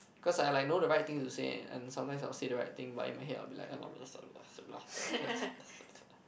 cause I like know the right thing to say and sometimes I will say the right thing but in my head I'll be like